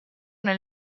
nel